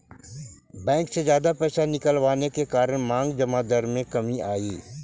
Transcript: bank से जादा पैसे निकलवाने के कारण मांग जमा दर में कमी आई